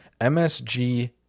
MSG